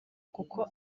kuko